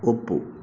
ಒಪ್ಪು